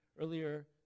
earlier